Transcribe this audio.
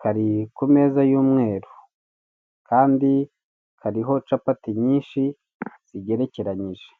kari ku meza y'umweru kandi hariho capeti nyinshi zigerekeranije.